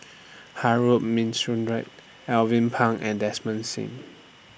Harun Aminurrashid Alvin Pang and Desmond SIM